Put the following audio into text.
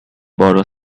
borrow